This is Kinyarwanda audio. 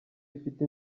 ifite